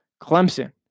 Clemson